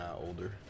older